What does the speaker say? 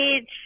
age